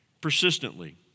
Persistently